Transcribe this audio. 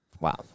Wow